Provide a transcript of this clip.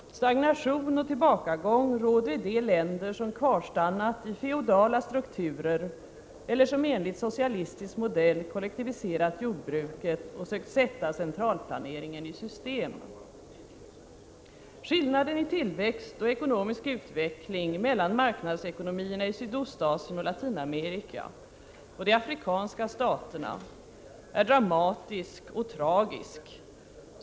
Stagnation och tillbakagång råder i de länder som kvarstannat i feodala strukturer eller som enligt socialistisk modell kollektiviserat jordbruket och sökt sätta centralplaneringen i system. Skillnaden i tillväxt och ekonomisk utveckling mellan marknadsekonomierna i Sydostasien och Latinamerika och de afrikanska staterna är dramatisk och tragisk.